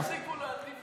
אז תפסיקו להטיף מוסר,